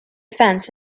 fence